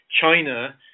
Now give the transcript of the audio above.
China